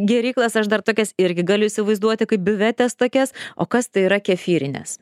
gėryklas aš dar tokias irgi galiu įsivaizduoti kaip biuvetes tokias o kas tai yra kefyrinės